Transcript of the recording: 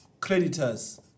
creditors